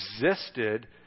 existed